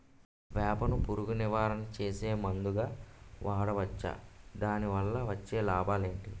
వేప ను పురుగు నివారణ చేసే మందుగా వాడవచ్చా? దాని వల్ల వచ్చే లాభాలు ఏంటి?